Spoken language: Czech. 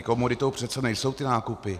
Komoditou přece nejsou ty nákupy.